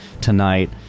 tonight